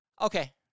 Okay